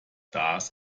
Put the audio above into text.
das